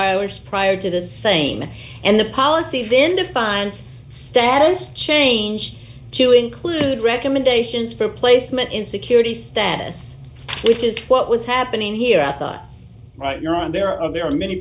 hours prior to the same and the policy then defines status change to include recommendations for placement in security status which is what was happening here i thought right you're on their own there are many